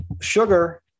sugar